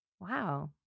Wow